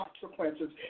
consequences